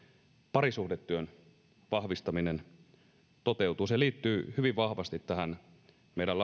parisuhdetyön vahvistaminen toteutuu se liittyy hyvin vahvasti tähän meidän